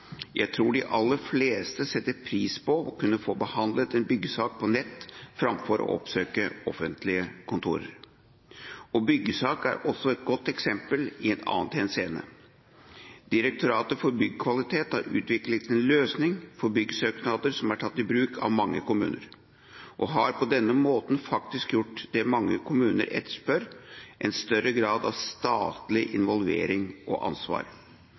Jeg tror de aller fleste setter pris på å kunne få behandlet en byggesak på nett framfor å oppsøke offentlige kontorer. Byggesak er også et godt eksempel i et annet henseende. Direktoratet for byggkvalitet har utviklet en løsning for byggesøknader som er tatt i bruk av mange kommuner, og har på denne måten faktisk gjort det som mange kommuner etterspør, fått til en større grad av statlig involvering og ansvar,